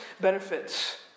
benefits